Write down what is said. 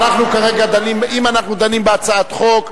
אם אנחנו כרגע דנים בהצעת חוק,